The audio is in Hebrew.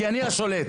כי הוא השולט.